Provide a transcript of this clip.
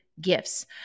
gifts